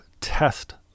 test